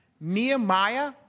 Nehemiah